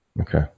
Okay